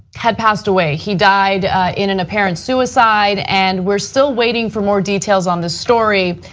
had passed away. he died in an apparent suicide and we're still waiting for more details on the story,